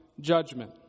judgment